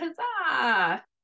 Huzzah